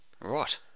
Right